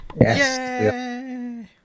Yes